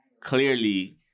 clearly